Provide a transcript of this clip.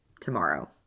tomorrow